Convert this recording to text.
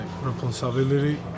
responsibility